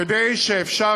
כדי שאפשר